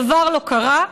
דבר לא קרה,